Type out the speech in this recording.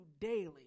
daily